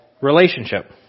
relationship